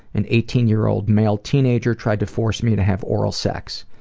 an eighteen year old male teenager tried to force me to have oral sex.